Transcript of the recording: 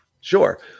sure